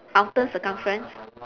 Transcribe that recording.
outer circumference